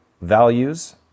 values